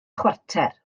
chwarter